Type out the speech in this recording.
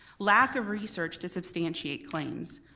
lack of research to substantiate claims,